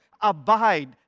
Abide